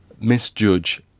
misjudge